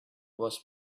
was